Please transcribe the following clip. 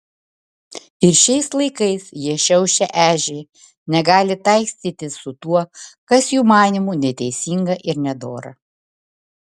ir šiais laikais jie šiaušia ežį negali taikstytis su tuo kas jų manymu neteisinga ir nedora